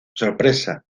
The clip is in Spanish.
sorpresa